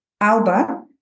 Alba